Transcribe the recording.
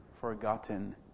forgotten